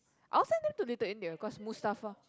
I'll send them to Little-India cause Mustafa